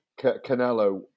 Canelo